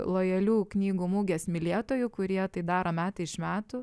lojalių knygų mugės mylėtojų kurie tai daro metai iš metų